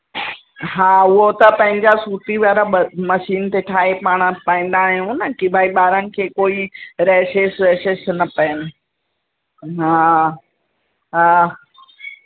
हा उहो त पंहिंजा सूती वारा ॿ मशीन ते ठाहे पाण पाईंदा आहियूं न कि भई ॿारनि खे कोई रेशिस वेशिस न पइनि हा हा